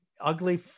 ugly